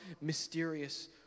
mysterious